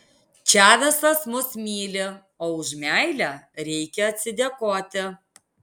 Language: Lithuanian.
čavesas mus myli o už meilę reikia atsidėkoti